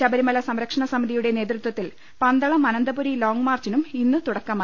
ശബരിമല സംരക്ഷണ സമിതിയുടെ നേതൃത്വത്തിൽ പന്തളം അനന്തപുരി ലോംങ് മാർച്ചിനും ഇന്ന് തുടക്കമായി